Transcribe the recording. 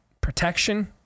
protection